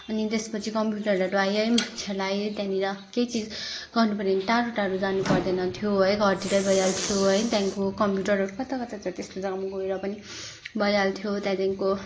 अनि त्यसपछि कम्प्युटरहरू आयो है मान्छेलाई त्यहाँनिर केही चीज गर्नुपऱ्यो भने टाढो टाढो जानु पर्दैन थियो है घरतिरै भइहाल्थ्यो है त्यहाँदेखिको कम्प्युटरहरू कता कता छ त्यस्तो जग्गामा छ गएर पनि भइहाल्थ्यो त्यहाँदेखिको